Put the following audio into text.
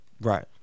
Right